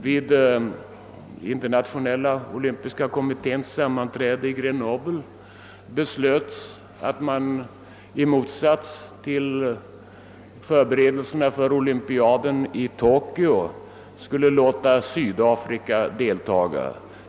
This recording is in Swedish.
Vid Internationella olympiska kommitténs sammanträde i Grenoble beslöts — i motsats till vad man gjorde vid förberedelserna för olympiaden i Tokyo — att Sydafrika skulle tillåtas deltaga i olympiaden i Mexico.